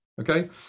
Okay